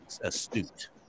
astute